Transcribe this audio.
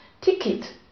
Ticket